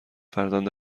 فرزند